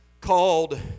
called